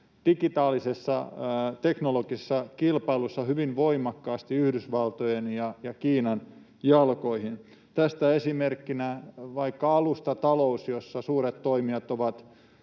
digitaalisessa teknologisessa kilpailussa hyvin voimakkaasti Yhdysvaltojen ja Kiinan jalkoihin. Tästä esimerkkinä on vaikka alustatalous, jossa suuret toimijat ovat